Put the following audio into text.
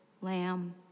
lamb